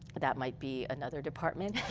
that might be another department.